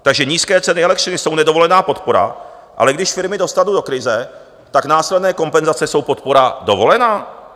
Takže nízké ceny elektřiny jsou nedovolená podpora, ale když firmy dostanu do krize, tak následné kompenzace jsou podpora dovolená?